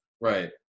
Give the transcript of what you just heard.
right